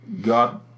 God